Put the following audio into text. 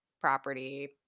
property